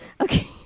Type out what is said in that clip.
Okay